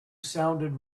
sounded